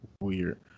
Weird